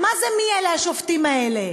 ומה זה "מי אלה השופטים האלה"?